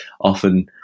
often